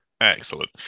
Excellent